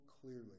clearly